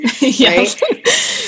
Yes